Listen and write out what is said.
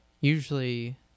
usually